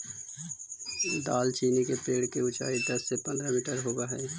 दालचीनी के पेड़ के ऊंचाई दस से पंद्रह मीटर होब हई